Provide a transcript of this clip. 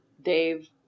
Dave